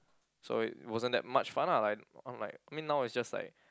so it wasn't that much fun ah like I'm like I mean now is just like